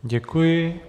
Děkuji.